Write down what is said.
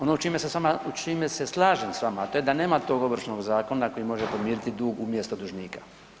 Ono u čime se s vama, u čime se slažem s vama, a to je da nema tog Ovršnog zakona koji može podmiriti dug umjesto dužnika.